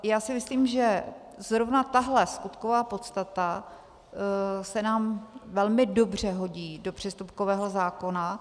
Já si myslím, že zrovna tahle skutková podstata se nám velmi dobře hodí do přestupkového zákona.